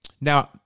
now